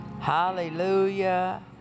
Hallelujah